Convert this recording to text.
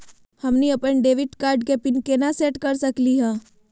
हमनी अपन debit card के पीन केना सेट कर सकली हे?